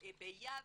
ביבנה.